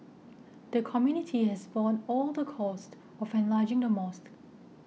the community has borne all the costs of enlarging the mosque